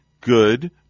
good